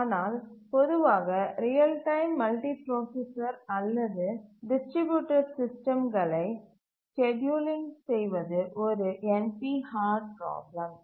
ஆனால் பொதுவாக real time multiprocessor அல்லது டிஸ்ட்ரிபியூட்டட் சிஸ்டம்களை ஸ்கேட்யூலிங் செய்வது ஒரு என்பி ஹார்டுபிராப்ளம்